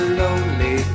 lonely